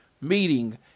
meeting